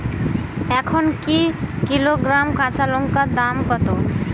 এখন এক কিলোগ্রাম কাঁচা লঙ্কার দাম কত?